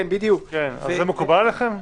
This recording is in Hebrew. זה מקובל עליכם?